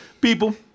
People